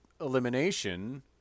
elimination